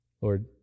Lord